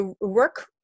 work